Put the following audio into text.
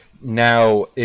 Now